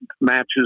matches